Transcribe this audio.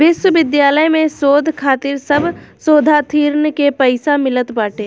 विश्वविद्यालय में शोध खातिर सब शोधार्थीन के पईसा मिलत बाटे